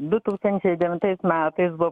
du tūkstančiai devintais metais buvo